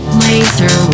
laser